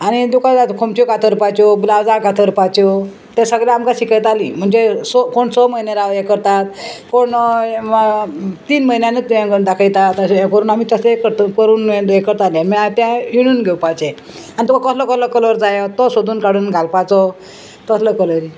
आनी तुका खोमच्यो कातरपाच्यो ब्लावजां कातरपाच्यो तें सगळें आमकां शिकयतालीं म्हणजे स कोण सो म्हयने राव हें करतात कोण तीन म्हयन्यानूच हें दाखयता तशें हें करून आमी तसलें करता करून हें करतालें तें हिणून घेवपाचें आनी तुका कसलो कसलो कलर जायो तो सोदून काडून घालपाचो तसलो कलरी